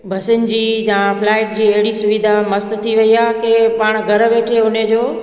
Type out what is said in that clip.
बसीयुनि जी या फ्लाइट जी अहिड़ी सुविधा मस्त थी वई आहे की पाण घरु वेठे उन जो